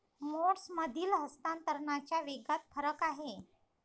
मोड्समधील हस्तांतरणाच्या वेगात फरक आहे